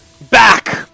back